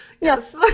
Yes